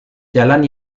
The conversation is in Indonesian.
jalan